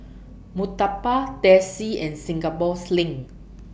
Murtabak Teh C and Singapore Sling